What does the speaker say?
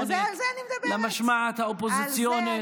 למשמעת האופוזיציונית.